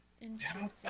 Interesting